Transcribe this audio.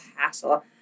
hassle